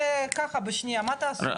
זה ככה בשנייה, מה תעשו?